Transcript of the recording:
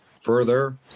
further